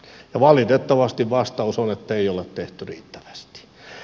ja valitettavasti vastaus on ettei ole tehty riittävästi